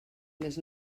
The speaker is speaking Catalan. les